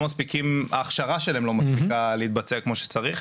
ההכשרה שלהם לא מספיקה להתבצע כמו שצריך.